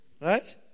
Right